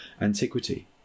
antiquity